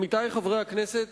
עמיתי חברי הכנסת,